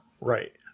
Right